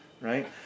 right